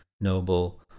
noble